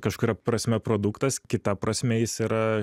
kažkuria prasme produktas kita prasme jis yra